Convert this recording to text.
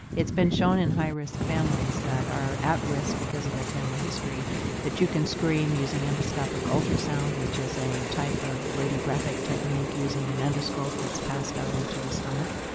it's been shown in high risk families that are at risk because of their family history that you can screen using endoscopic ultrasound, which is a type of radiographic technique using an endoscope that's passed down into the stomach.